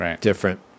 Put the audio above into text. different